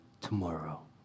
tomorrow